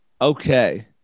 okay